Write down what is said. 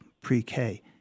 pre-K